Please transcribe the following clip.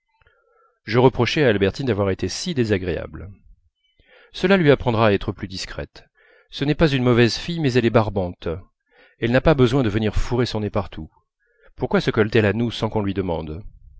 je reprochai à albertine d'avoir été si désagréable cela lui apprendra à être plus discrète ce n'est pas une mauvaise fille mais elle est barbante elle n'a pas besoin de venir fourrer son nez partout pourquoi se colle t elle à nous sans qu'on lui demande